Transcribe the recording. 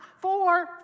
four